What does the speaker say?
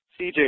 CJ